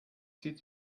zieht